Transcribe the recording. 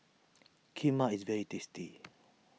Kheema is very tasty